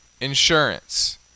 insurance